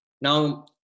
Now